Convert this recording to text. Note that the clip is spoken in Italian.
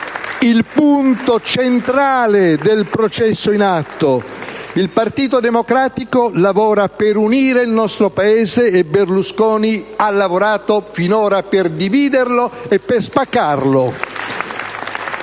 il punto centrale del processo in atto. Il Partito Democratico lavora per unire il nostro Paese e Berlusconi ha lavorato finora per dividerlo e per spaccarlo.